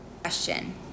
question